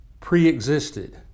pre-existed